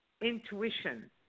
intuition